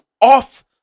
off